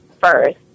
first